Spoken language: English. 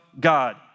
God